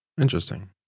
Interesting